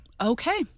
Okay